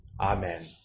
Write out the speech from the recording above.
Amen